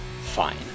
fine